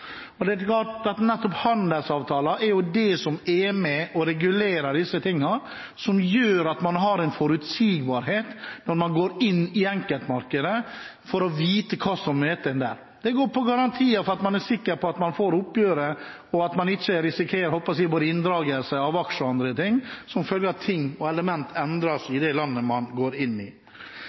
Nettopp handelsavtaler er det som er med og regulerer disse tingene, som gjør at man har en forutsigbarhet når man går inn i enkeltmarkedet, og vet hva som møter en der. Det går på garantier og sikkerhet for at man får oppgjør, og at man ikke risikerer – holdt jeg på å si – inndragelse av både aksjer og andre ting som følge av at ting og elementer endrer seg i det landet man går inn i.